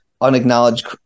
unacknowledged